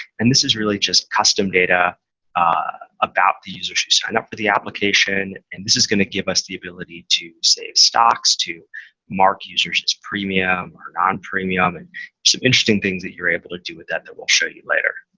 and this is really just custom data about the users who signed up for the application. and this is going to give us the ability to save stocks, to mark users as premium or non-premium, and some interesting things that you're able to do with that that we'll show you later.